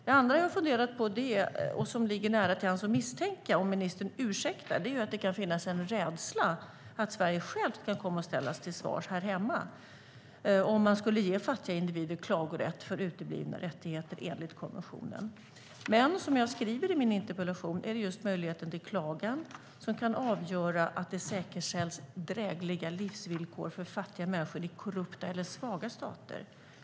Det andra jag har funderat över, och som ligger nära till hands att misstänka, om ministern ursäktar, är att det kan finnas en rädsla att Sverige självt kan komma att ställas till svars här hemma, om fattiga individer skulle ges klagorätt för uteblivna rättigheter enligt konventionen. Men som jag tog upp i min interpellation är det just möjligheten till klagan som kan avgöra att det säkerställs drägliga livsvillkor för fattiga människor i korrupta eller svaga stater.